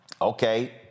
Okay